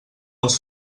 els